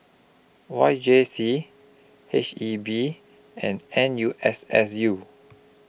Y J C H E B and N U S S U